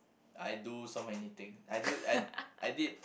I do so many things I do I I did